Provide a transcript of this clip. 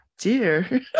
dear